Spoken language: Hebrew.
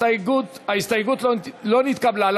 ההסתייגות לא נתקבלה.